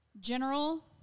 general